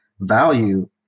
value